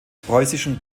preußischen